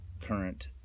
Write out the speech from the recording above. current